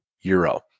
euro